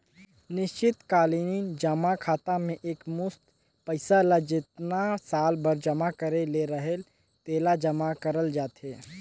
निस्चित कालीन जमा खाता में एकमुस्त पइसा ल जेतना साल बर जमा करे ले रहेल तेला जमा करल जाथे